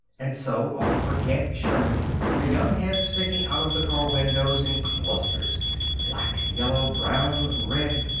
and so off for camp sherman, their young heads sticking out of the car windows in clusters black, yellow, brown, red.